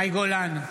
מאי גולן,